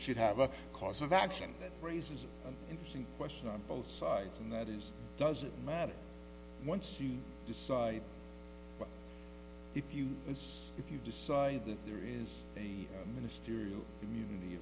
should have a cause of action that raises an interesting question on both sides and that is does it matter once you decide if you use if you decide that there is a ministerial community